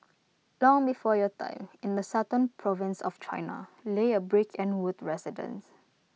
long before your time in the southern province of China lay A brick and wood residence